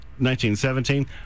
1917